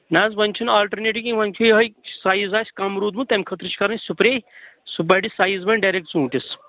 نہَ حظ وۅنۍ چھُنہٕ آلٹرنیٹِو کیٚنٛہہ وۄنۍ چھُ یِہَے سایز آسہِ کَم روٗدمُت تَمہِ خٲطرٕ چھُ کَرٕنۍ سُپرٛے سُہ بَڈِ سایز بڈِ ڈایریکٹ ژوٗنٛٹھٮ۪ن